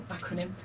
acronym